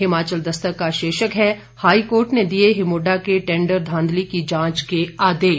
हिमाचल दस्तक का शीर्षक है हाईकोर्ट ने दिए हिमुडा के टेंडर धांधली की जांच के आदेश